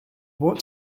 what